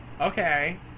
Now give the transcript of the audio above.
Okay